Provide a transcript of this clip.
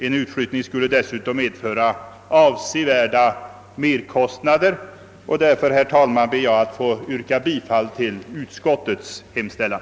En utflyttning skulle dessutom medföra avsevärda merkostnader. Jag ber därför, herr talman, att få yrka bifall till utskottets hemställan.